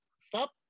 Stop